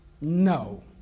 No